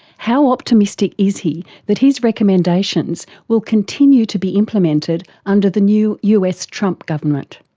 how optimistic is he that his recommendations will continue to be implemented under the new us trump government?